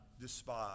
despise